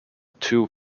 two